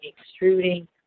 extruding